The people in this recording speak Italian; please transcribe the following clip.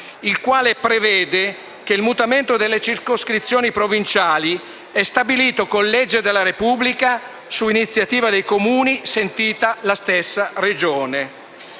il quale prevede che «il mutamento delle circoscrizioni provinciali» è stabilito «con legge della Repubblica, su iniziativa dei Comuni, sentita la stessa Regione».